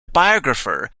biographer